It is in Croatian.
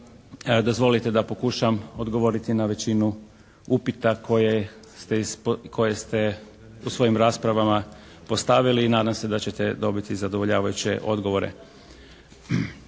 Dozvolite da pokušam odgovoriti na većinu upita koje ste u svojim raspravama postavili i nadam se da ćete dobiti zadovoljavajuće odgovore.